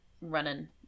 running